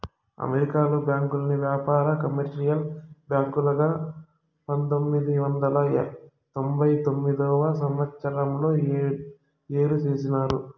అమెరికాలో బ్యాంకుల్ని వ్యాపార, కమర్షియల్ బ్యాంకులుగా పంతొమ్మిది వందల తొంభై తొమ్మిదవ సంవచ్చరంలో ఏరు చేసినారు